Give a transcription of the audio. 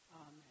amen